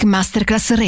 Masterclass